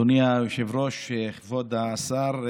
אדוני היושב-ראש, כבוד השר,